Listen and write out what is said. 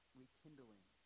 rekindling